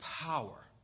power